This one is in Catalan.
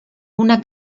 una